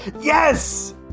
Yes